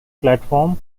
platform